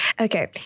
Okay